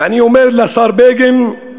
ואני אומר לשר בגין: